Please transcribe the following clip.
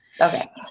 Okay